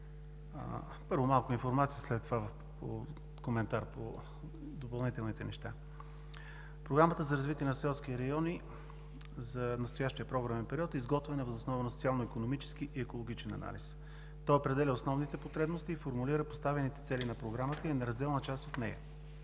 Първо, малко информация, след това коментар по допълнителните неща. Програмата за „Развитие на селските райони“ за настоящия програмен период е изготвена въз основа на социално-икономически и екологичен анализ. Той определя основните потребности и формулира поставените цели на Програмата и е неразделна част от нея.